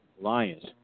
Lions